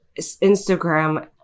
Instagram